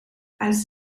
als